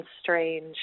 strange